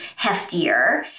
heftier